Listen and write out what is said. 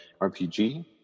RPG